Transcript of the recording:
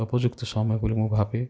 ଉପଯୁକ୍ତ ସମୟ ବୋଲି ମୁଁ ଭାବେ